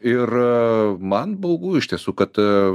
ir a man baugu iš tiesų kad a